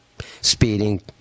speeding